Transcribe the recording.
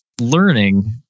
learning